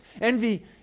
Envy